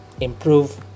improve